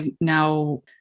now